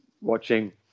watching